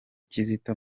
kizito